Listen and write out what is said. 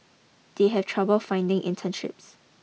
they have trouble finding internships